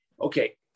okay